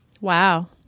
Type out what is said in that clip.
Wow